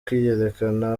kwiyerekana